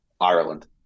Ireland